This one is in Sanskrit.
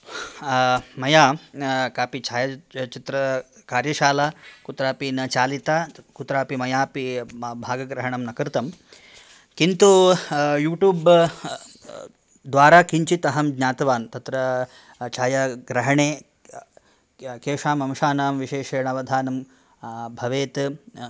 मया कापि छायाचित्रकार्यशाला कुत्रापि न चालिता कुत्रापि मयापि भागग्रहणं न कृतं किन्तु यूट्यूब् द्वारा किञ्चिद् अहं ज्ञातवान् तत्र छायाग्रहणे केषां अंशान् विशेषेण अवधानं भवेत्